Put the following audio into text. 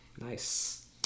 Nice